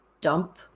dump